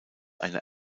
eine